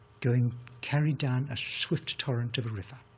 going carried down a swift torrent of a river,